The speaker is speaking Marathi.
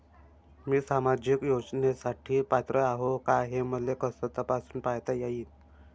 मी सामाजिक योजनेसाठी पात्र आहो का, हे मले कस तपासून पायता येईन?